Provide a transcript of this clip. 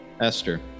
Esther